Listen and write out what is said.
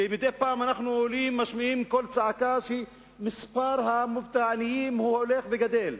כשמדי פעם אנחנו משמיעים קול צעקה שמספר העניים הולך וגדל,